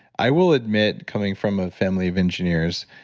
i will admit, coming from a family of engineers,